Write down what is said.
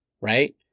Right